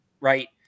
Right